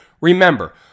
Remember